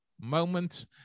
Moment